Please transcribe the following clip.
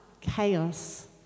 chaos